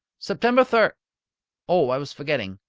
september thir oh, i was forgetting!